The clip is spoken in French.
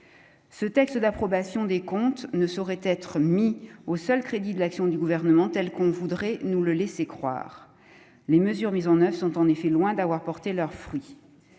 ce texte d'approbation des comptes ne saurait être mis au seul crédit de l'action du gouvernement telle qu'on voudrait nous le laisser croire les mesures mises en oeuvre sont en effet loin d'avoir porté leurs fruits